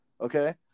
Okay